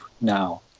now